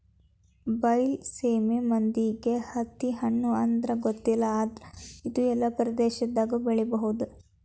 ಬೈಲಸೇಮಿ ಮಂದಿಗೆ ತತ್ತಿಹಣ್ಣು ಅಂದ್ರ ಗೊತ್ತಿಲ್ಲ ಆದ್ರ ಇದ್ನಾ ಎಲ್ಲಾ ಪ್ರದೇಶದಾಗು ಬೆಳಿಬಹುದ